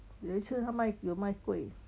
有一次他卖有卖 kueh